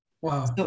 Wow